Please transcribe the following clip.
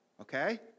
Okay